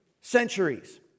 centuries